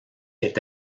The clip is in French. est